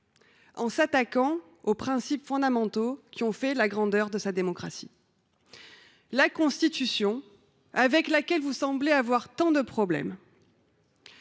en s’attaquant aux principes fondamentaux qui ont fait la grandeur de sa démocratie. La Constitution, avec laquelle vous semblez avoir tant de problèmes,